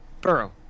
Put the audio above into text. Burrow